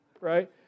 Right